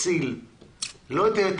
הציל אותה.